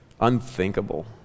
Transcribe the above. unthinkable